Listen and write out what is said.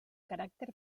caràcter